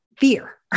fear